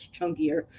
chunkier